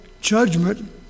judgment